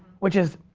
which is,